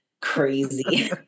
crazy